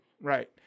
Right